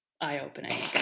eye-opening